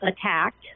attacked